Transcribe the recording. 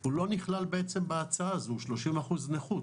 הוא לא נכלל בעצם בהצעה הזו 30% נכות.